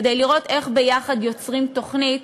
כדי לראות איך יוצרים ביחד תוכנית